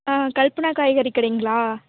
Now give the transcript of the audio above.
ஆ கல்பனா காய்கறி கடைங்களா